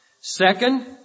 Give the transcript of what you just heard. Second